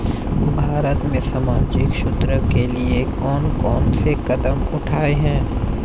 भारत में सामाजिक सुरक्षा के लिए कौन कौन से कदम उठाये हैं?